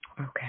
Okay